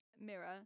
mirror